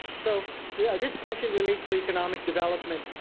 so yeah this question relates to economic development.